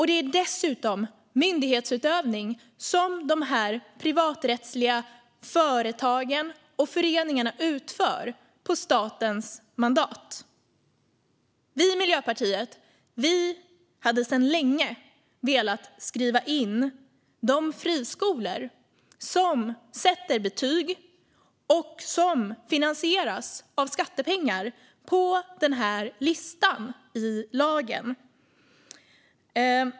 Det är dessutom myndighetsutövning som de här privaträttsliga företagen och föreningarna utför på statens mandat. Vi i Miljöpartiet har sedan länge velat att de friskolor som sätter betyg och som finansieras av skattepengar ska skrivas in på den här listan i lagen.